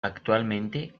actualmente